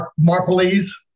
Marpley's